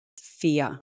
fear